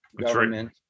government